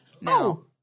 No